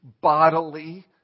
bodily